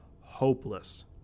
hopeless